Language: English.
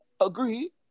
Agreed